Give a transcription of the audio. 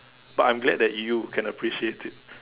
but I'm glad that you can appreciate it